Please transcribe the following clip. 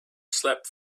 slept